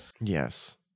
Yes